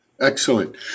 Excellent